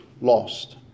lost